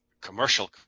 commercial